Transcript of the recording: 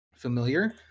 Familiar